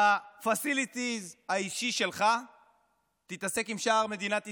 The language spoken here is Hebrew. ב-facilities האישיים שלך תתעסק עם שאר מדינת ישראל,